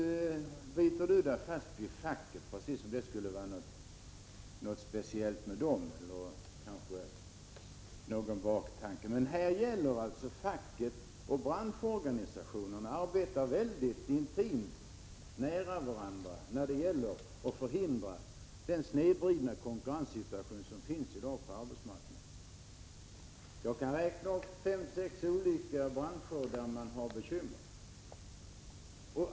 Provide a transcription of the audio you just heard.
Nu biter sig Gunilla André fast vid facket, precis som om det skulle vara någon baktanke, men faktum är att facket och branschorganisationerna arbetar mycket nära och intimt när det gäller att förhindra den snedvridning av konkurrenssituationen som finns i dag på marknaden. Jag kan räkna upp fem sex branscher där man har bekymmer.